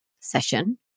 session